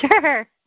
Sure